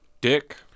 dick